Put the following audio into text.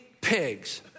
pigs